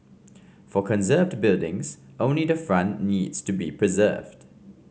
for conserved buildings only the front needs to be preserved